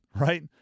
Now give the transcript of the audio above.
right